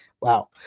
Wow